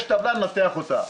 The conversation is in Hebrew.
יש טבלה ננתח אותה.